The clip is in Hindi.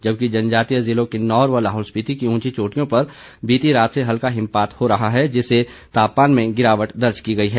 जबकि जनजातीय जिलों किन्नौर व लाहौल स्पीति की उंची चोटियों पर बीती रात से हल्का हिमपात हो रहा है जिससे तापमान में गिरावट दर्ज की गई है